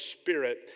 Spirit